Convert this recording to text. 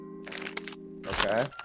Okay